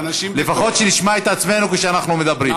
לפחות שנשמע את עצמנו כשאנחנו מדברים.